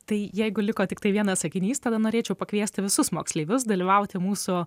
tai jeigu liko tiktai vienas sakinys tada norėčiau pakviesti visus moksleivius dalyvauti mūsų